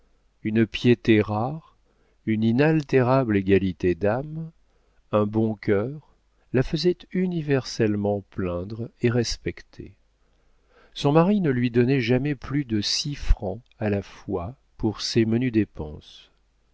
une piété rare une inaltérable égalité d'âme un bon cœur la faisaient universellement plaindre et respecter son mari ne lui donnait jamais plus de six francs à la fois pour ses menues dépenses